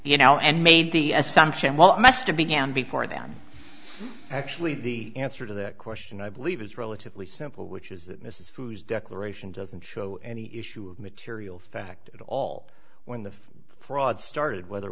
you know and made the assumption well mr began before them actually the answer to that question i believe is relatively simple which is that mrs foods declaration doesn't show any issue of material fact at all when the fraud started whether